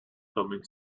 humming